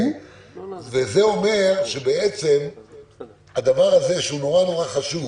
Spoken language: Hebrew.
זה אומר שהדבר הזה, שהוא מאוד מאוד חשוב,